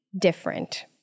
different